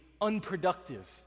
unproductive